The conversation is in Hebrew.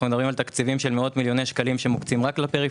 אנו מדברים על תקציבים של מאות מיליוני שקלים שמוקצים רק לפריפריה,